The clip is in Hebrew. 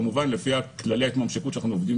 כמובן לפי כללי ההתממשקות שאנחנו עובדים